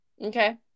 Okay